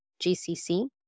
GCC